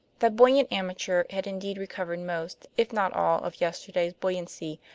that buoyant amateur had indeed recovered most, if not all, of yesterday's buoyancy,